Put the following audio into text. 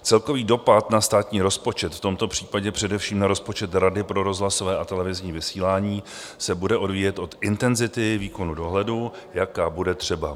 Celkový dopad na státní rozpočet, v tomto případě především na rozpočet Rady pro rozhlasové a televizní vysílání, se bude odvíjet od intenzity výkonu dohledu, jaká bude třeba.